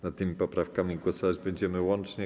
Nad tymi poprawkami głosować będziemy łącznie.